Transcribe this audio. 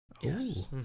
yes